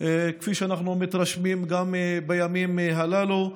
כפי שאנחנו מתרשמים גם בימים הללו.